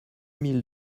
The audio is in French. mille